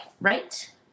Right